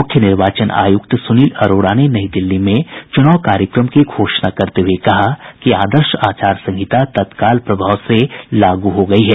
मुख्य निर्वाचन आयुक्त सुनील अरोड़ा ने नई दिल्ली में चुनाव कार्यक्रम की घोषणा करते हुए कहा कि आदर्श आचार संहिता तत्काल प्रभाव से लागू हो गई है